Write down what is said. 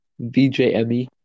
VJME